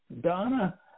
Donna